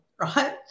Right